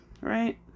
right